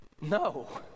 No